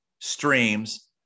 streams